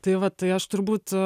tai va tai aš turbūt